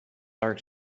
are